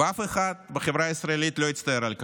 אף אחד בחברה הישראלית לא יצטער על כך,